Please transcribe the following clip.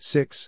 Six